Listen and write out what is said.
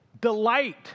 delight